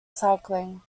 cycling